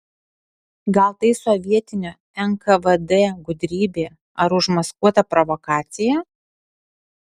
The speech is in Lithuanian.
gal tai sovietinio nkvd gudrybė ar užmaskuota provokacija